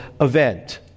event